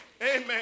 Amen